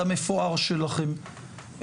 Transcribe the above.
על המפואר שלכם,